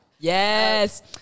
Yes